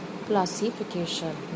classification